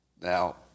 Now